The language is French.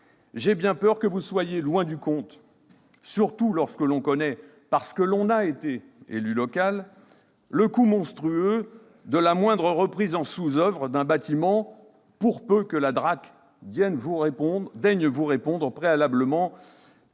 j'ai bien peur que ne vous soyez loin du compte, surtout lorsque l'on connaît, parce que l'on a été élu local, le coût monstrueux de la moindre reprise en sous-oeuvre d'un bâtiment, si tant est que la DRAC ait daigné vous donner préalablement